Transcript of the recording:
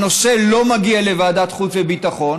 והנושא לא מגיע לוועדת החוץ והביטחון